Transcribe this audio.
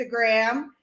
Instagram